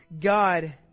God